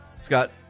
Scott